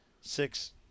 six